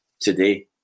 today